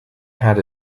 had